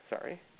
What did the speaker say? sorry